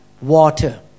water